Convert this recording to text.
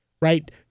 right